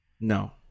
No